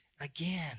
again